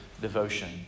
devotion